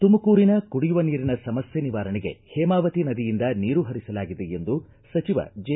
ತುಮಕೂರಿನ ಕುಡಿಯುವ ನೀರಿನ ಸಮಸ್ತೆ ನಿವಾರಣೆಗೆ ಹೇಮಾವತಿ ನದಿಯಿಂದ ನೀರು ಪರಿಸಲಾಗಿದೆ ಎಂದು ಸಚಿವ ಜೆ